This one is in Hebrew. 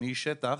אני איש שטח,